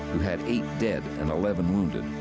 who had eight dead and eleven wounded,